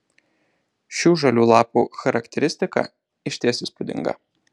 šių žalių lapų charakteristika išties įspūdinga